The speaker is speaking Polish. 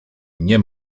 nie